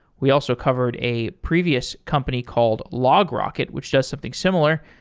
we also covered a previous company called logrocket, which does something similar.